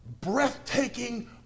Breathtaking